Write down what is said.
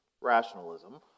rationalism